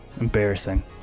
Embarrassing